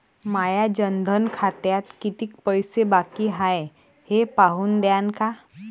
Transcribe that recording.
माया जनधन खात्यात कितीक पैसे बाकी हाय हे पाहून द्यान का?